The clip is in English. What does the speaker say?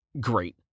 Great